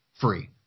free